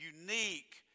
unique